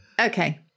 Okay